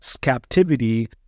captivity